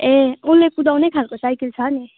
ए उसले कुदाउने खालको साइकिल छ नि